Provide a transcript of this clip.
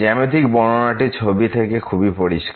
জ্যামিতিক বর্ণনাটি ছবি থেকে খুবই পরিষ্কার